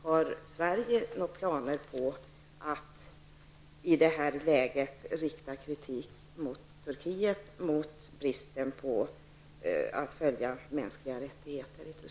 Har Sverige några planer på att i detta läge rikta kritik mot Turkiet, därför att landet inte följer bestämmelserna om mänskliga rättigheter?